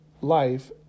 life